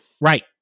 Right